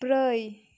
ब्रै